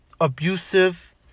abusive